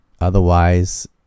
otherwise